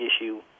issue